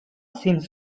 seems